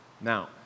Now